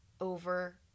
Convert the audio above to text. over